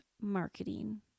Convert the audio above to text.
marketing